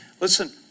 Listen